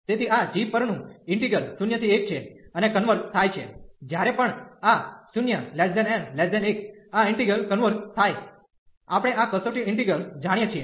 તેથી આ g પર નું ઇન્ટિગલ 0 થી 1 છે અને કન્વર્ઝ થાય છે જ્યારે પણ આ 0n1 આ ઇન્ટિગલ કન્વર્ઝ થાય આપણે આ કસોટી ઇન્ટિગલ જાણીએ છીએ